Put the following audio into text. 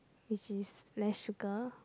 which is less sugar